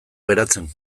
geratzen